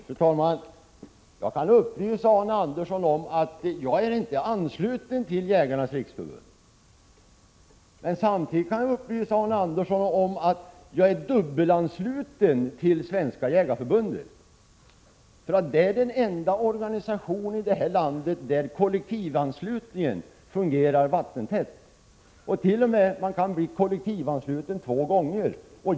Fru talman! Jag kan upplysa Arne Andersson i Ljung om att jag inte är 29 april 1987 ansluten till Jägarnas riksförbund. Jag kan samtidigt upplysa honom om att jag är dubbelansluten till Svenska jägareförbundet. Det är nämligen den enda organisation i det här landet där kollektivanslutningen fungerar vattentätt. Man kan t.o.m. bli kollektivansluten två gånger.